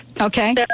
Okay